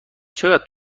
چقدر